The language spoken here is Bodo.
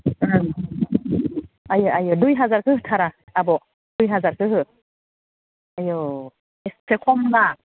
आय' आय' दुइ हाजारखो होथार आब' दुइ हाजारखो हो आय' एसे खमना